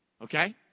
Okay